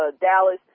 Dallas